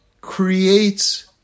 creates